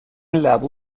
لبو